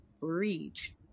reach